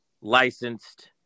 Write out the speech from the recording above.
licensed